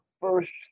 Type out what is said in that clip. first